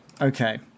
Okay